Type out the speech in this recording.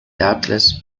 doubtless